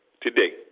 today